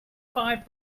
five